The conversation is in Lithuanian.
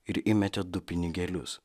ir įmetė du pinigėlius